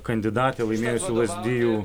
kandidatė laimėjusi lazdijų